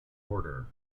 order